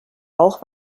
auch